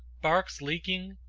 barks leaking,